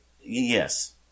Yes